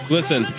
Listen